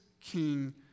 King